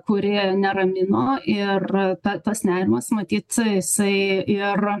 kuri neramino ir ta tas nerimas matyt jisai ir